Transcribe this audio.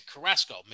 Carrasco